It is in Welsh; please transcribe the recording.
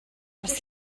ers